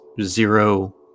zero